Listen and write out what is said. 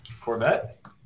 Corvette